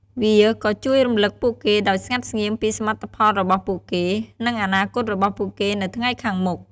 វាក៏ជួយរំលឹកពួកគេដោយស្ងាត់ស្ងៀមពីសមិទ្ធផលរបស់ពួកគេ និងអនាគតរបស់ពួកគេនៅថ្ងៃខាងមុខ។